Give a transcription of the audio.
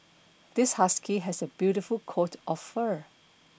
this husky has a beautiful coat of fur